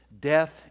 Death